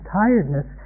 tiredness